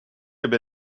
have